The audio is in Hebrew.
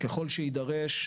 ככל שיידרש,